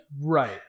Right